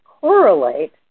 correlate